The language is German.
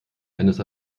eines